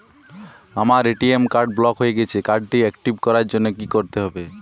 আমার ATM card block হয়ে গেছে কার্ড টি একটিভ করার জন্যে কি করতে হবে?